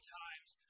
times